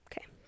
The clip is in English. Okay